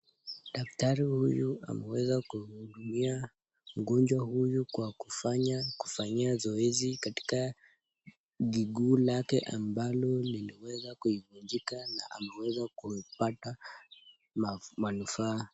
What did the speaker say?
Daktari huyu ameweza kumhudumia mgonjwa huyu kwa kufanyia zoezi katika jiguu lake ambalo limeweza kuivunjika na ameweza kupata manufaa.